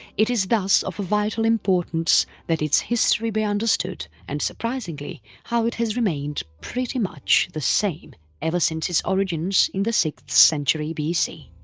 it is thus of a vital importance that its history be understood and surprisingly, how it has remained pretty much the same ever since its origins in the sixth century bc.